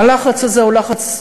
הלחץ הזה הוא לחץ,